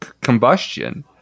combustion